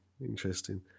Interesting